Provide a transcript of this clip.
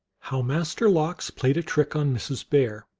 how master lox played a trick on mrs. bear,